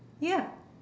ya